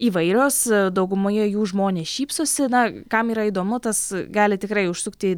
įvairios daugumoje jų žmonės šypsosi na kam yra įdomu tas gali tikrai užsukti